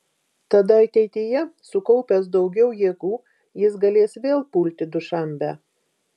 tada ateityje sukaupęs daugiau jėgų jis galės vėl pulti dušanbę